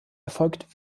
erfolgt